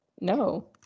no